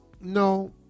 no